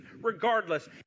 regardless